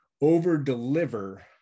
over-deliver